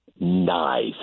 Nice